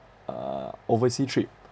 uh oversea trip